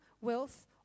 wealth